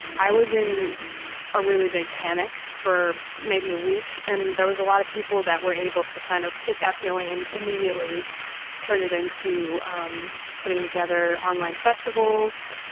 i was in a really big panic for maybe a week. and there was a lotta people that were able to kind of take that feeling and immediately turn it into um putting together online festivals.